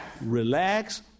Relax